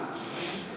אני פה.